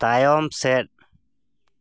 ᱛᱟᱭᱚᱢ ᱥᱮᱫ